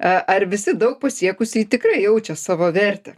a ar visi daug pasiekusieji tikrai jaučia savo vertę